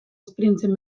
esperientzien